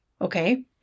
Okay